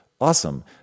awesome